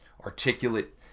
articulate